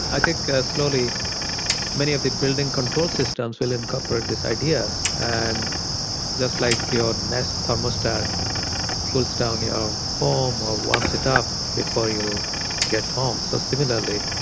i think slowly many of the building control systems will incorporate this idea. and just like your nest thermostat cools down yeah your home or warms it up before you get home, so similarly